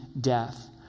death